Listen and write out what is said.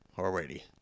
already